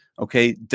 okay